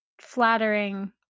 flattering